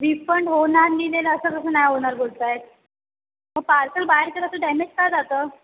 refund होणार लिहिलेलं असं कसं नाही होणार बोलत आहेत मग पार्सल बायरकडे असं डॅमेज का जातं